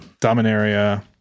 Dominaria